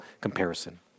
comparison